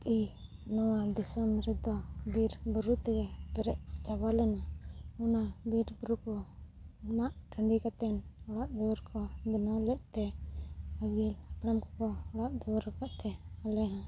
ᱠᱤ ᱱᱚᱣᱟ ᱫᱤᱥᱚᱢ ᱨᱮᱫᱚ ᱵᱤᱨ ᱵᱩᱨᱩ ᱛᱮᱜᱮ ᱯᱮᱨᱮᱡ ᱪᱟᱵᱟ ᱞᱮᱱᱟ ᱚᱱᱟ ᱵᱤᱨ ᱵᱩᱨᱩ ᱠᱚ ᱢᱟᱜ ᱴᱷᱟᱹᱰᱤ ᱠᱟᱛᱮ ᱚᱲᱟᱜ ᱫᱩᱣᱟᱹᱨ ᱠᱚ ᱵᱮᱱᱟᱣ ᱞᱮᱫ ᱛᱮ ᱟᱹᱜᱤᱞ ᱦᱟᱯᱲᱟᱢ ᱠᱚᱠᱚ ᱚᱲᱟᱜ ᱫᱩᱣᱟᱹᱨ ᱟᱠᱟᱫ ᱛᱮ ᱟᱞᱮ ᱦᱚᱸ